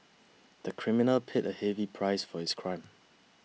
the criminal paid a heavy price for his crime